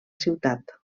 ciutat